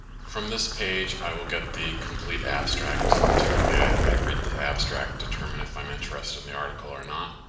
from this page, i will get the complete abstract. typically, i'd i'd read the abstract, determine if i'm interested in the article or not.